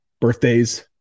birthdays